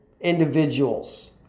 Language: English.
individuals